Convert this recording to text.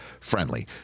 friendly